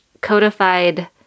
codified